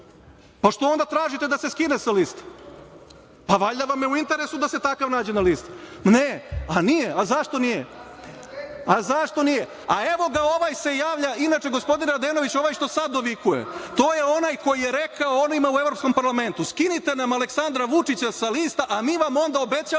Pa, što onda tražite da se skida sa liste? Pa, valjda vam je u interesu da se takav nađe na listi? Ne, a nije? A zašto nije? Evo ovaj se javlja, inače gospodine Radenoviću ovaj što sada dovikuje, to je onaj koji je rekao ovima u Evropskom parlamentu, skinite nam Aleksandra Vučića sa lista, a mi vam onda obećavamo